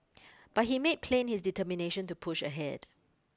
but he made plain his determination to push ahead